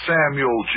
Samuel